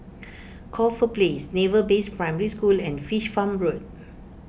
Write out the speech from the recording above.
Corfe Place Naval Base Primary School and Fish Farm Road